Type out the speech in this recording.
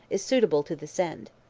is suitable to this end.